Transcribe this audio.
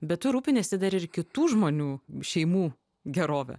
bet tu rūpiniesi dar ir kitų žmonių šeimų gerove